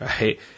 Right